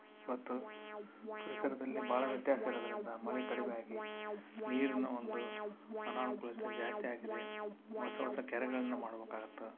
ಮತ್ತು ಪರಿಸರದಲ್ಲಿ ಭಾಳ ವ್ಯತ್ಯಾಸ ಇರೋದ್ರಿಂದ ಮಳೆ ಕಡಿಮೆ ಆಗಿ ನೀರಿನ ಒಂದು ಅನಾನುಕೂಲತೆ ಜಾಸ್ತಿ ಆಗಿದೆ ಹೊಸ ಹೊಸ ಕೆರೆಗಳನ್ನ ಮಾಡ್ಬೇಕಾಗತ್ತೆ